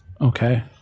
Okay